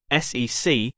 SEC